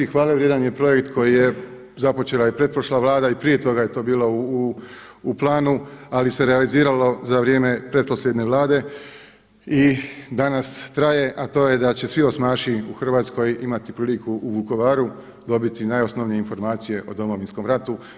Hvale vrijedan je projekt kojeg je započela i pretprošla Vlada i prije toga je to bilo u planu, ali se realiziralo za vrijeme pretposljednje Vlade i danas to traje, a to je da će svi osmaši u Hrvatskoj imati priliku u Vukovaru dobiti najosnovnije informacije o Domovinskom ratu.